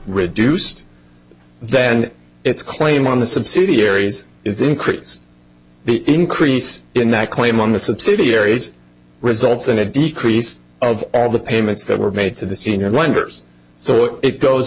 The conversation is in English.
reduced then its claim on the subsidiaries is increased the increase in that claim on the subsidiaries results in a decrease of all the payments that were made to the senior lenders so it goes